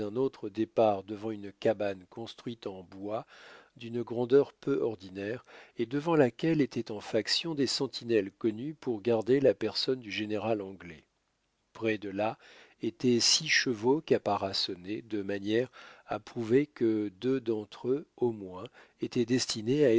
autre départ devant une cabane construite en bois d'une grandeur peu ordinaire et devant laquelle étaient en faction des sentinelles connues pour garder la personne du général anglais près de là étaient six chevaux caparaçonnés de manière à prouver que deux d'entre eux au moins étaient destinés à